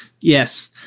Yes